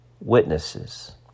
witnesses